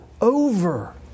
over